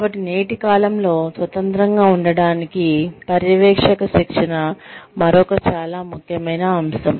కాబట్టి నేటి కాలంలో స్వతంత్రంగా ఉండటానికి పర్యవేక్షక శిక్షణ మరొక చాలా ముఖ్యమైన అంశం